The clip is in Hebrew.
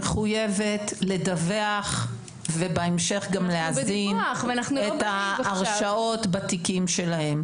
מחויבת לדווח ובהמשך גם להעביר את ההרשעות בתיקים שלה.